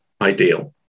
ideal